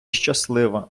щаслива